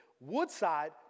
Woodside